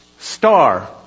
Star